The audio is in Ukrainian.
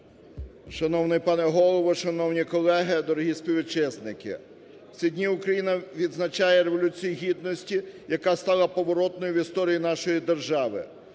Шановний пане Голово, шановні колеги! Дорогі співвітчизники! В ці дні Україна відзначає Революцію Гідності, яка стала поворотною в історії нашої держави.